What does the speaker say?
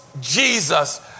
Jesus